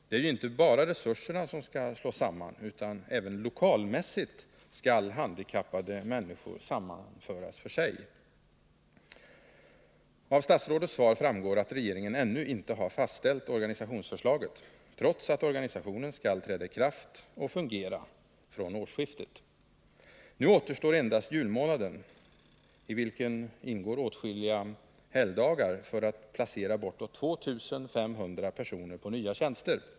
Det är ju inte bara resurserna som skall slås samman, utan även Nr 41 lokalmässigt skall handikappade människor sammanföras för sig. Fredagen den Av statsrådets svar framgår att regeringen ännu inte har fastställt 30 november 1979 organisationsförslaget, trots att organisationen skall träda i kraft och fungera från årsskiftet. Nu återstår endast julmånaden — i vilken ingår åtskilliga helgdagar — för att placera bortåt 2 500 personer på nya tjänster.